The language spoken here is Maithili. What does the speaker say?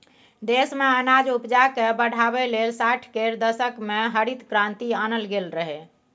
देश मे अनाज उपजाकेँ बढ़ाबै लेल साठि केर दशक मे हरित क्रांति आनल गेल रहय